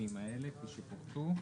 בסעיפים האלה כפי שפורטו.